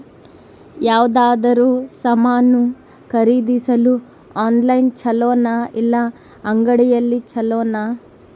ಯಾವುದಾದರೂ ಸಾಮಾನು ಖರೇದಿಸಲು ಆನ್ಲೈನ್ ಛೊಲೊನಾ ಇಲ್ಲ ಅಂಗಡಿಯಲ್ಲಿ ಛೊಲೊನಾ?